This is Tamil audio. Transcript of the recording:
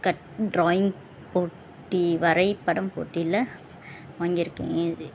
கட் ட்ராயிங் போட்டி வரைபடம் போட்டியில் வாங்கியிருக்கேன் இது